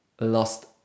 lost